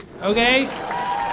okay